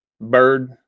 bird